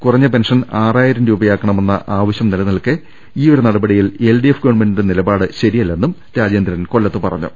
കുറഞ്ഞ പെൻഷൻ ആറായിരം രൂപയാക്കണമെന്ന ആവശ്യം നിലനിൽക്കെ ഈയൊരു നടപടിയിൽ എൽഡിഎഫ് ഗവൺമെന്റിന്റെ നിലപാട് ശരിയല്ലെന്നും രാജേന്ദ്രൻ കൊല്ലത്ത് പറഞ്ഞു